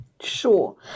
Sure